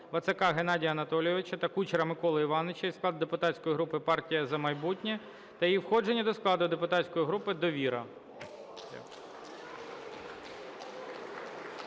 Вацака Геннадія Анатолійовича та Кучера Миколи Івановича із складу депутатської групи "Партія "За майбутнє" та їх входження до складу депутатської групи "Довіра".